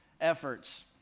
efforts